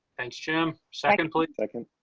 thanks jim. second please. second.